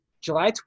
July